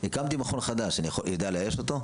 הקמתי מכון חדש, אני יודע לאייש אותו?